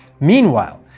meanwhile,